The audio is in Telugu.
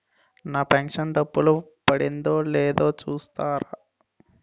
నా పెను షన్ డబ్బులు పడిందో లేదో చూస్తారా?